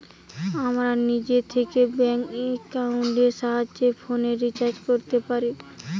আমরা নিজে থিকে ব্যাঙ্ক একাউন্টের সাহায্যে ফোনের রিচার্জ কোরতে পারি